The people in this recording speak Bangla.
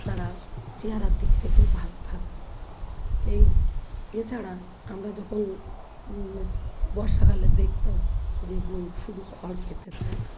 তারা চেহারার দিক থেকেও ভালো থাকতো এই এছাড়া আমরা যখন বর্ষাকালে দেকতাম যে গরু শুধু খড় খেতে চায় না